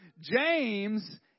James